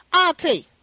auntie